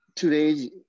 Today